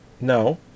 No